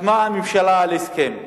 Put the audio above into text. חתמה הממשלה על הסכם,